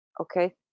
okay